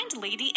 Lady